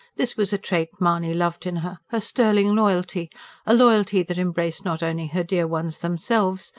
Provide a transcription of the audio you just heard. this was a trait mahony loved in her her sterling loyalty a loyalty that embraced not only her dear ones themselves,